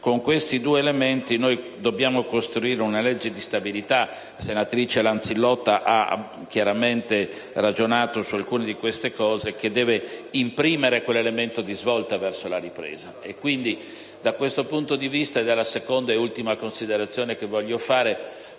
Con questi due elementi noi dobbiamo costruire una legge di stabilità ‑ la senatrice Lanzillotta ha chiaramente ragionato su alcune di queste cose ‑ che deve imprimere quell'elemento di svolta verso la ripresa. Da questo punto di vista (ed è la seconda e ultima considerazione che voglio fare)